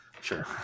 Sure